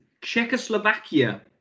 Czechoslovakia